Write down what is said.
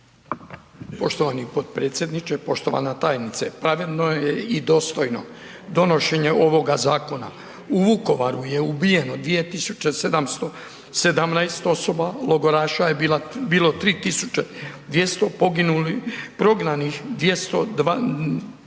Poštovani potpredsjedniče i poštovana tajnice, pravilno je i dostojno donošenje ovoga zakona. U Vukovaru je ubijeno 2717 osoba, logoraša je bilo 3200, prognanih 22000,